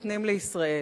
לישראל.